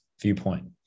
viewpoint